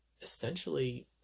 essentially